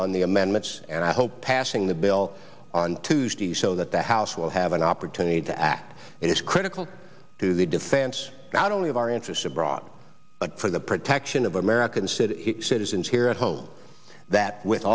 on the amendments and i hope passing the bill on tuesday so that the house will have an opportunity to act it is critical to the defense not only of our interests abroad but for the protection of american city citizens here at home that with